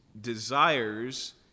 desires